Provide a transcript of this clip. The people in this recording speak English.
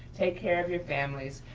take care of your families,